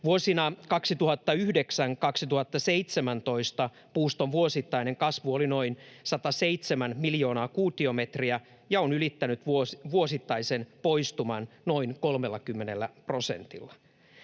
Vuosina 2009— 2017 puuston vuosittainen kasvu oli noin 107 miljoonaa kuutiometriä ja on ylittänyt vuosittaisen poistuman noin 30 prosentilla.